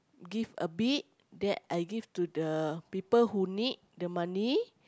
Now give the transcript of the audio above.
give a bit then I give to the people who need the money